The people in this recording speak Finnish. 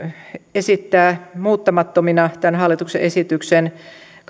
esittää muuttamattomina tämän hallituksen esityksen